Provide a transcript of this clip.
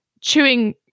chewing